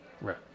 right